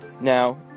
Now